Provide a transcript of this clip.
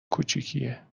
کوچیکیه